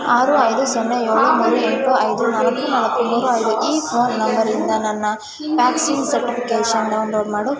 ಆರು ಐದು ಸೊನ್ನೆ ಏಳು ಮೂರು ಎಂಟು ಐದು ನಾಲ್ಕು ನಾಲ್ಕು ಮೂರು ಐದು ಈ ಫೋನ್ ನಂಬರಿಂದ ನನ್ನ ವ್ಯಾಕ್ಸಿನ್ ಸರ್ಟಿಫಿಕೇಷನ್ ಡೌನ್ಲೋಡ್ ಮಾಡು